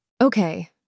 Okay